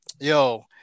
yo